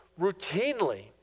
routinely